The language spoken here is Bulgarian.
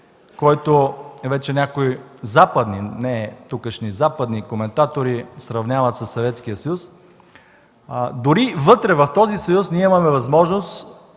който вече някои западни, не тукашни, западни коментатори сравняват със Съветския съюз, дори вътре в този съюз ние имаме възможност